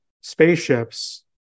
spaceships